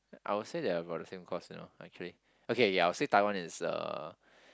I will say that I've got the same course you know actually okay ya I will say Taiwan is a